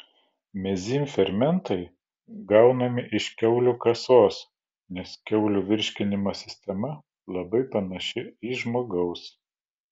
mezym fermentai gaunami iš kiaulių kasos nes kiaulių virškinimo sistema labai panaši į žmogaus